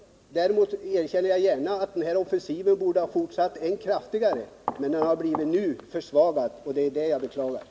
Däremot erkänner jag gärna att denna offensiv borde ha fortsatt än kraftigare, men den har nu i stället försvagats, och det beklagar jag.